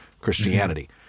Christianity